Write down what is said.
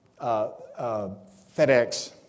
FedEx